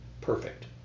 perfect